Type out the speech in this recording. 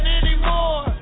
anymore